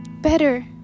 better